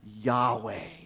Yahweh